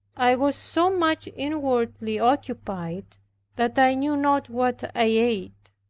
i was so much inwardly occupied that i knew not what i ate.